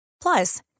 Plus